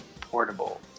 portable